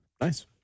Nice